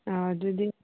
ꯑꯥ ꯑꯗꯨꯗꯤ